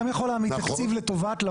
גם יכולה מתקציב לטובת,